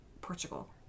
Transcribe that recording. Portugal